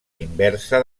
inversa